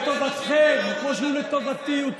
הוא לטובתכם כמו שהוא לטובתי ולטובת כל אזרחי ישראל,